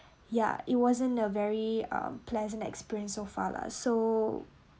yeah it wasn't a very uh pleasant experience so far lah so